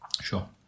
sure